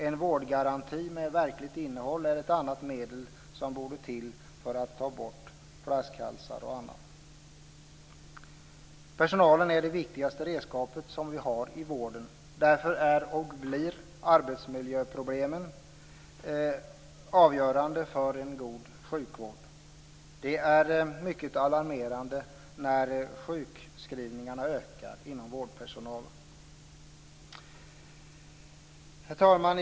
En vårdgaranti med verkligt innehåll är ett annat medel som borde till för att vi ska kunna ta bort flaskhalsar. Personalen är det viktigaste redskapet som vi har i vården. Därför är och blir arbetsmiljöproblemen avgörande för en god sjukvård. Det är mycket alarmerande när sjukskrivningarna ökar hos vårdpersonalen. Herr talman!